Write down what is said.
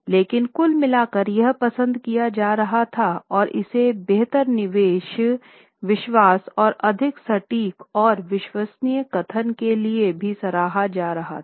लेकिन कुल मिलाकर यह पसंद किया जा रहा था और इसे बेहतर निवेश विश्वास और अधिक सटीक और विश्वसनीय कथन के लिए भी सराहा जा रहा था